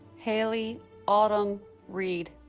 hailey autumn reed